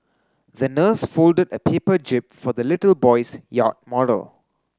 the nurse folded a paper jib for the little boy's yacht model